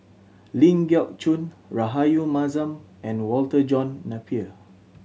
Ling Geok Choon Rahayu Mahzam and Walter John Napier